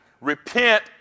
repent